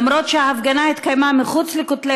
אומנם ההפגנה התקיימה מחוץ לכותלי